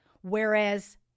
whereas